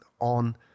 on